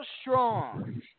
strong